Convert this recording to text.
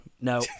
No